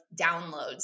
downloads